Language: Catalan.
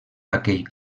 aquest